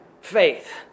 faith